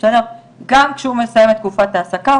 גם כשהוא מסיים את תקופת ההעסקה,